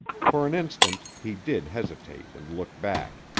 for an instant he did hesitate and look back.